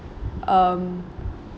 um